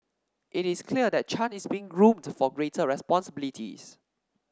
it is clear that Chan is being groomed for greater responsibilities